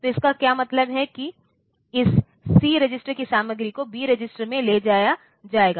तो इसका क्या मतलब है कि इस सी रजिस्टर की सामग्री को बी रजिस्टर में ले जाया जाएगा